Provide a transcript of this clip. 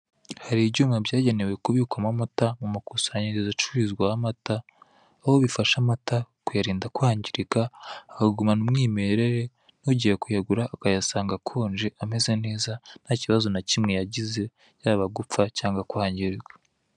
Hari ibyuma byagenewe kubikwamo amata, mu makusanyirizo acururizwaho amata, aho bifasha amata kuyarinda kwangirika akagumana umwimererere n'ugiye kuyagura ukayasanga akonje ameze neza ntakibazo na kimwe yagize, yaba gupfa cyangwa kwangirika.